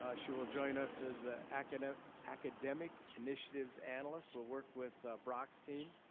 ah she will join us as the academic academic initiatives analyst, will work with brock's team.